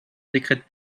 décrète